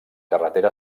carretera